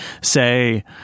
say